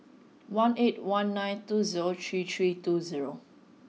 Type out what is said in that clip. one eight one nine two zero three three two zero